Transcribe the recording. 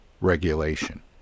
regulation